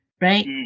right